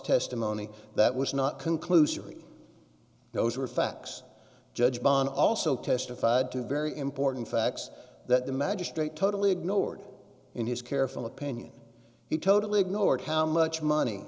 testimony that was not conclusively those were facts judge john also testified to very important facts that the magistrate totally ignored in his careful opinion he totally ignored how much money